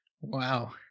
wow